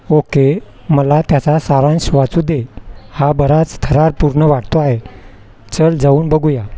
okay मला त्याचा सारांश वाचू दे हा बराच थरारपूर्ण वाटतो आहे चल जाऊन बघूया